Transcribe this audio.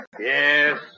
Yes